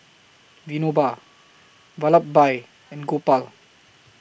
Vinoba Vallabhbhai and Gopal